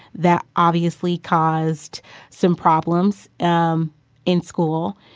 that, obviously, caused some problems um in school.